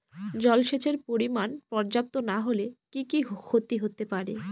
জলসেচের পরিমাণ পর্যাপ্ত না হলে কি কি ক্ষতি হতে পারে?